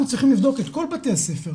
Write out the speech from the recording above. אנחנו צריכים לבדוק את כל בתי הספר.